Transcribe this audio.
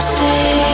Stay